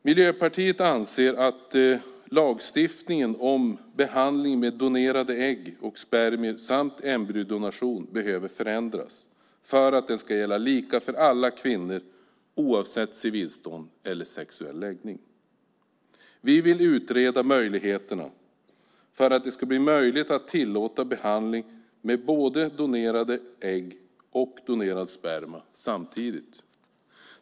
Miljöpartiet anser att lagstiftningen om behandling med donerade ägg och spermier samt embryodonation behöver förändras för att den ska gälla lika för alla kvinnor oavsett civilstånd och sexuell läggning. Vi vill utreda möjligheterna till att det ska bli möjligt att tillåta behandling med både donerade ägg och donerad sperma samtidigt.